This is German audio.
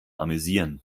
amüsieren